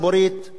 ביישובים הערביים?